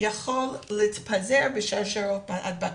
וזה מתפזר בשרשראות ההדבקה.